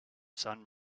sun